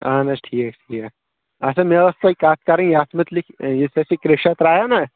اَہن حظ ٹھیٖک ٹھیٖک اسا مےٚ أسۍ تۄہہِ کتھ کرٕنۍ یتھ مُتعلِق یُس تۄہہِ یہِ کریٚشر ترٛایو نہ